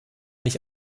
nicht